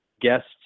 guests